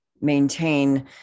maintain